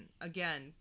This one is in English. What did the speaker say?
again